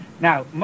Now